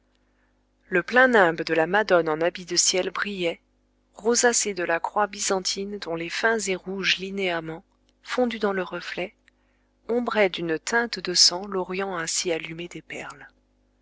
le plein nimbe de la madone en habits de ciel brillait rosacé de la croix byzantine dont les fins et rouges linéaments fondus dans le reflet ombraient d'une teinte de sang l'orient ainsi allumé des perles